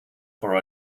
for